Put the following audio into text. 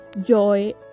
joy